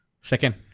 Second